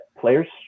players